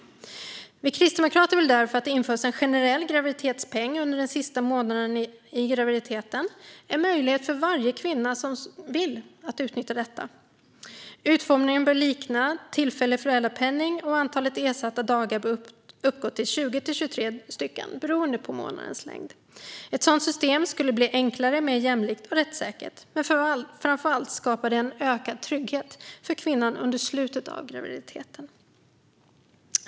Vi kristdemokrater vill därför att det införs en generell graviditetspenning under den sista månaden i graviditeten, som en möjlighet för varje kvinna som vill utnyttja den. Utformningen bör likna tillfällig föräldrapenning, och antalet ersatta dagar bör därmed uppgå till 20-23 stycken, beroende på månadens längd. Ett sådant system skulle bli enklare, mer jämlikt och rättssäkert. Men framför allt skapar det en ökad trygghet för kvinnan under slutet av graviditeten.